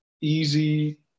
easy